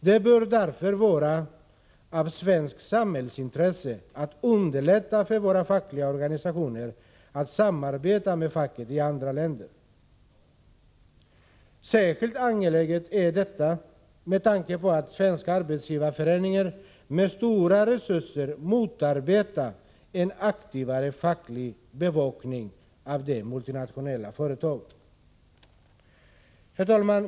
Det bör därför vara ett svenskt samhällsintresse att underlätta för våra fackliga organisationer att samarbeta med facket i andra länder. Särskilt angeläget är detta med tanke på att Svenska arbetsgivareföreningen med stora resurser motarbetar en aktivare facklig bevakning av de multinationella företagen. Herr talman!